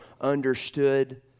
understood